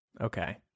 Okay